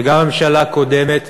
וגם הממשלה הקודמת,